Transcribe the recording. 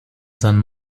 san